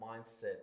mindset